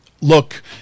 Look